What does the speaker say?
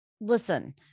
Listen